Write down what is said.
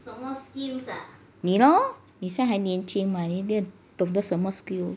你 lor 你现在还年轻 mah 你会懂得什么 skill